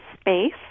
space